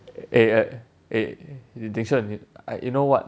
eh eh eh ding xuan I you know what